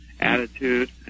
attitude